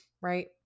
right